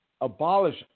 Abolish